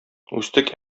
үстек